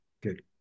Good